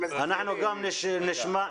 אבל היא לא ענתה לי.